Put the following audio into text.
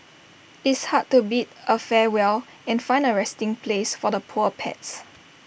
it's hard to bid A farewell and find A resting place for the poor pets